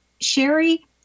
Sherry